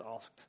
asked